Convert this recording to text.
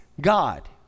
God